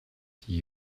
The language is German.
die